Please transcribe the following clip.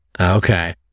Okay